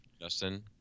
Justin